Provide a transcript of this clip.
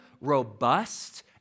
robust